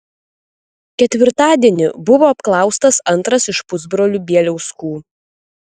ketvirtadienį buvo apklaustas antras iš pusbrolių bieliauskų